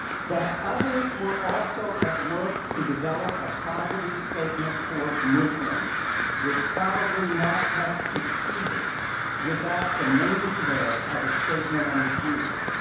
that others were also at work to develop a positive statement towards muslims would probably not have succeeded without the main thread of a statement on the jews.